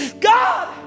God